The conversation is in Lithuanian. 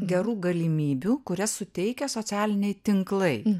gerų galimybių kurias suteikia socialiniai tinklai